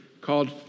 called